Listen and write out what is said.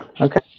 Okay